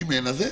אם אין אז אין.